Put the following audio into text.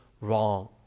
wrong